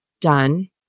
done